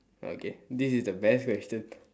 okay this is the best question